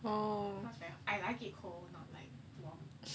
oh cause very I I like it cold but like warm